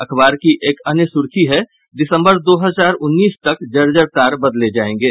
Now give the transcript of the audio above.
अखबार की एक अन्य सुर्खी है दिसंबर दो हजार उन्नीस तक जर्जर तार बदले जायेंगे